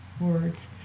words